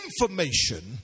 information